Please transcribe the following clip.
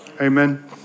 Amen